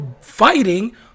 fighting